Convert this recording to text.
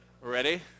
Ready